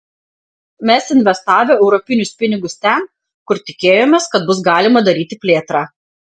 mes investavę europinius pinigus ten kur tikėjomės kad bus galima daryti plėtrą